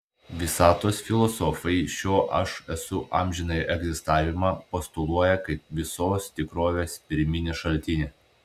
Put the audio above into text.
visatos filosofai šio aš esu amžinąjį egzistavimą postuluoja kaip visos tikrovės pirminį šaltinį